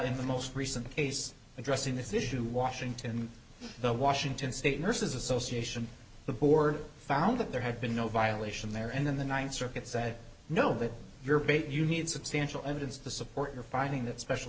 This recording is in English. in the most recent case addressing this issue washington the washington state nurses association the board found that there had been no violation there and then the ninth circuit said no that your bait you need substantial evidence to support your finding that special